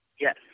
Yes